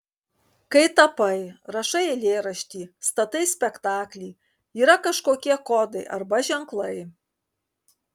kai tapai rašai eilėraštį statai spektaklį yra kažkokie kodai arba ženklai